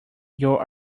your